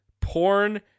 porn